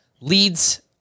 leads